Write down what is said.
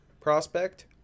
prospect